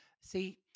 see